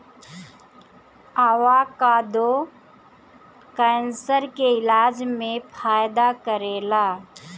avocado cancer के इलाज में फायदा करेला